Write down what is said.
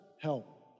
help